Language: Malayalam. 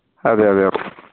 അ അതെയോ